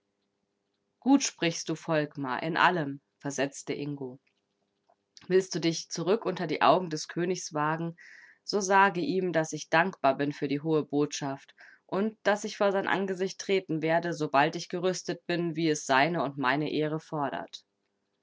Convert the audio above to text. gut sprichst du volkmar in allem versetzte ingo willst du dich zurück unter die augen des königs wagen so sage ihm daß ich dankbar bin für die hohe botschaft und daß ich vor sein angesicht treten werde sobald ich gerüstet bin wie es seine und meine ehre fordert